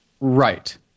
Right